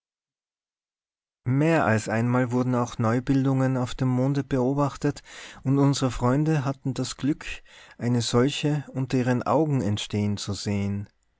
mehr als einmal wurden auch neubildungen auf dem monde beobachtet und unsere freunde hatten das glück eine solche unter ihren augen entstehen zu sehen